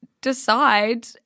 decide